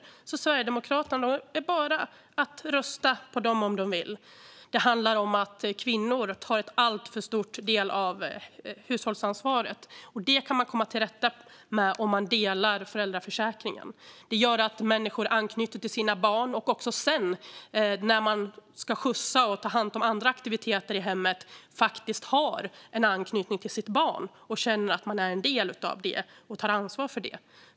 Det är bara för Sverigedemokraterna att rösta på dem, om de vill. Det handlar om att kvinnor tar en alltför stor del av hushållsansvaret. Det kan man komma till rätta med genom att dela på föräldraförsäkringen. Det skulle göra att föräldrar anknyter till sina barn. Och senare, när de ska skjutsa till och ta hand om andra aktiviteter i hemmet, har de en anknytning till barnet, känner att de är en del av det och tar ansvar för det.